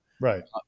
Right